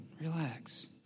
Relax